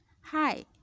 Hi